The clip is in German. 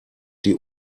die